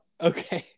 okay